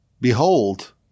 behold